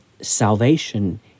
salvation